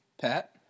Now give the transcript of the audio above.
Pat